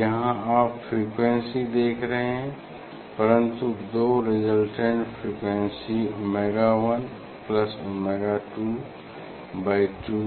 यहाँ आप फ्रीक्वेंसी देख रहे हैं परन्तु दो resultant frequency omega 1 plus omega 2 by 2